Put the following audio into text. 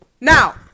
now